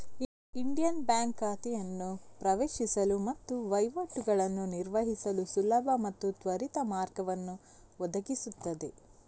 Indian bank ಖಾತೆಯನ್ನು ಪ್ರವೇಶಿಸಲು ಮತ್ತು ವಹಿವಾಟುಗಳನ್ನು ನಿರ್ವಹಿಸಲು ಸುಲಭ ಮತ್ತು ತ್ವರಿತ ಮಾರ್ಗವನ್ನು ಒದಗಿಸುತ್ತದೆ